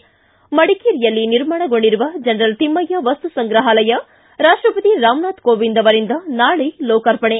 ್ಷಿ ಮಡಿಕೇರಿಯಲ್ಲಿ ನಿರ್ಮಾಣಗೊಂಡಿರುವ ಜನರಲ್ ತಿಮ್ಮಯ್ಯ ವಸ್ತು ಸಂಗ್ರಹಾಲಯ ರಾಷ್ಟಪತಿ ರಾಮನಾಥ್ ಕೋವಿಂದ್ ಅವರಿಂದ ನಾಳೆ ಲೋಕಾರ್ಪಣೆ